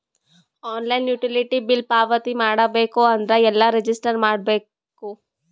Online utility bill ಪಾವತಿ ಮಾಡಬೇಕು ಅಂದ್ರ ಎಲ್ಲ ರಜಿಸ್ಟರ್ ಮಾಡ್ಬೇಕು?